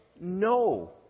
no